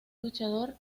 luchador